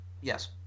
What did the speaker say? Yes